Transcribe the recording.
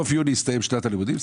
בסוף יוני הסתיימה שנת הלימודים.